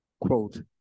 quote